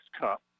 Cup